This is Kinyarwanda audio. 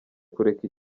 kureka